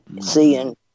seeing